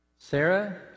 Sarah